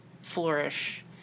flourish